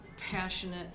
passionate